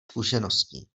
zkušeností